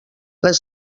les